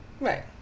right